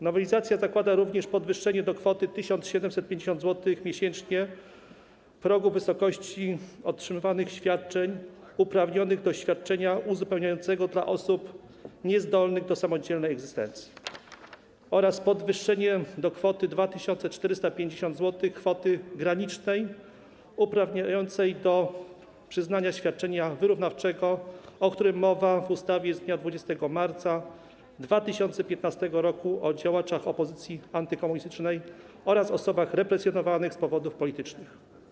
Nowelizacja zakłada również podwyższenie do kwoty 1750 zł miesięcznie progu wysokości otrzymywanych świadczeń uprawniających do świadczenia uzupełniającego dla osób niezdolnych do samodzielnej egzystencji oraz podwyższenie do kwoty 2450 zł kwoty granicznej uprawniającej do przyznania świadczenia wyrównawczego, o którym mowa w ustawie z dnia 20 marca 2015 r. o działaczach opozycji antykomunistycznej oraz osobach represjonowanych z powodów politycznych.